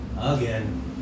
Again